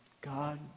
God